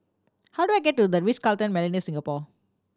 how do I get to The Ritz Carlton Millenia Singapore